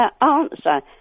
answer